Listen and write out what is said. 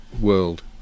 world